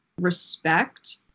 respect